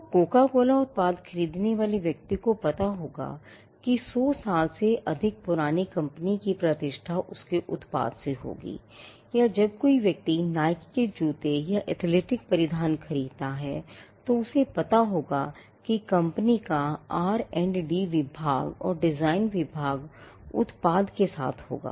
तो Coca Cola उत्पाद खरीदने वाले व्यक्ति को पता होगा कि 100 साल से अधिक पुरानी कंपनी की प्रतिष्ठा उसके उत्पाद से होगी या जब कोई व्यक्ति नाइके के जूते या एथलेटिक परिधान खरीदता है तो उसे पता होगा कि कंपनी का R D विभाग और डिजाइन विभाग उत्पाद के साथ होगा